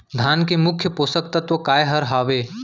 धान के मुख्य पोसक तत्व काय हर हावे?